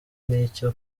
n’icya